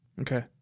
Okay